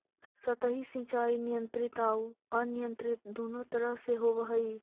सतही सिंचाई नियंत्रित आउ अनियंत्रित दुनों तरह से होवऽ हइ